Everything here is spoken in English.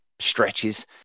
stretches